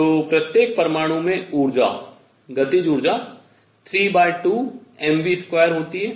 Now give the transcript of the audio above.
तो प्रत्येक परमाणु में ऊर्जा गतिज ऊर्जा 32mv2 होती है